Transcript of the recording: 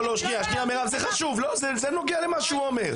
זה נוגע למה שהוא אומר.